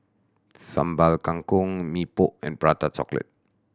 Sambal Kangkong Mee Pok and Prata Chocolate